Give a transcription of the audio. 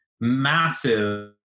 massive